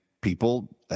People